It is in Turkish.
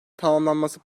tamamlanması